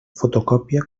fotocòpia